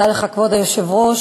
כבוד היושב-ראש,